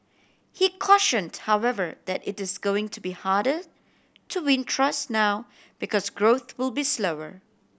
he cautioned however that it is going to be harder to win trust now because growth will be slower